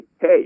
hey